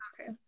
Okay